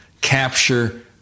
capture